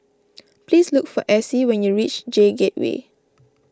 please look for Essie when you reach J Gateway